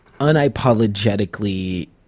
unapologetically